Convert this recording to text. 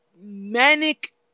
manic